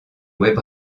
web